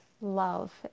Love